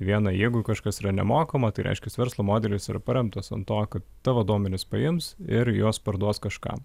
viena jeigu kažkas yra nemokama tai reiškias verslo modelis ar paremtas ant to kad tavo duomenis paims ir juos parduos kažkam